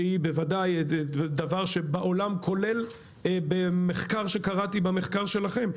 שהיא בוודאי דבר שבעולם כולל במחקר שקראתי במחקר שלכם,